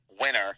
winner